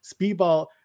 Speedball